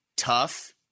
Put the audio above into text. Tough